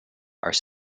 are